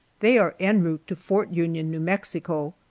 they are en route to fort union, new mexico.